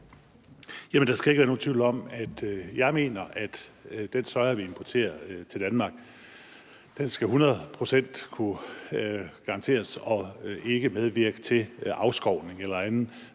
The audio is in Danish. Der skal ikke være nogen tvivl om, at jeg mener, at den soja, vi importerer til Danmark, skal kunne garanteres hundrede procent og ikke medvirke til afskovning eller anden